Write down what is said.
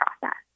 process